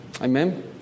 Amen